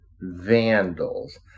vandals